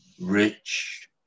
rich